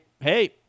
hey